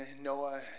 Noah